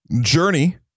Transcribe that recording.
journey